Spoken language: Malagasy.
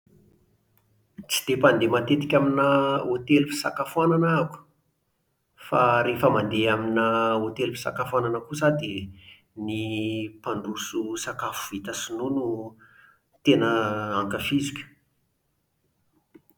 Tsy dia mpandeha matetika amina hotely fisakafoanana ah-ako. Fa rehefa mandeha amina hotely fisakafoanana kosa aho dia ny mpandroso sakafo vita shinoa no tena ankafiziko